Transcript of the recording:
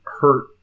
hurt